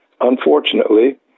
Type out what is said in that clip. unfortunately